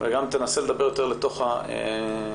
וגם תנסה לדבר לתוך המיקרופון.